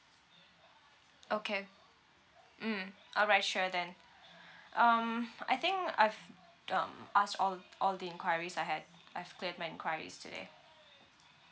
okay mm all right sure then um I think I've um asked all all the enquiries I had I've cleared my enquiries today